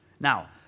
Now